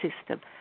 system